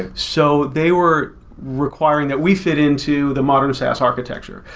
and so they were requiring that we fit in to the modern saas architecture.